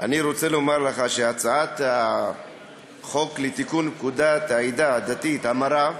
אני רוצה לומר לך שהצעת החוק לתיקון פקודת העדה הדתית (המרה)